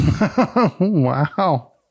Wow